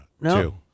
no